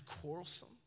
quarrelsome